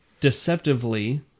deceptively